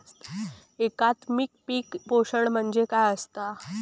एकात्मिक पीक पोषण म्हणजे काय असतां?